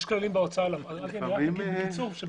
אני רק אגיד בקיצור,